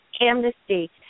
amnesty